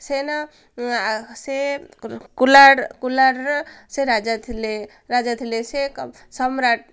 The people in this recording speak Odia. ସେନ ସେ କୁଲ୍ହାଡ଼ କୁଲ୍ହାଡ଼ ସେ ରାଜା ଥିଲେ ରାଜା ଥିଲେ ସେ ସମ୍ରାଟ୍